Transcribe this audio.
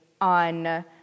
on